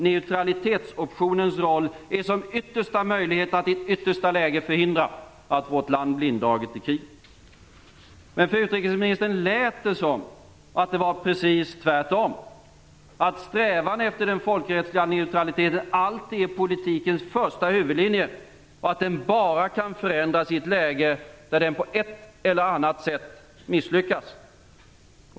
Neutralitetsoptionens roll är att som yttersta möjlighet i ett yttersta läge förhindra att vårt land blir indraget i krig. Men det lät som om det var precis tvärtom för utrikesministern, att strävan efter den folkrättsliga neutraliteten alltid är politikens första huvudlinje och att den bara kan förändras i ett läge där den på ett eller annat sätt misslyckas.